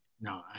No